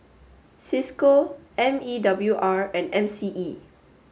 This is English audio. Cisco M E W R and M C E